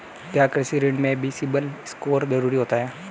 क्या कृषि ऋण में भी सिबिल स्कोर जरूरी होता है?